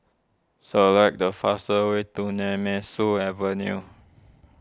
select the fastest way to Nemesu Avenue